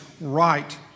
right